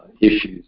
issues